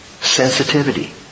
sensitivity